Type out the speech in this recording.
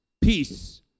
peace